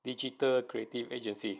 digital creative agency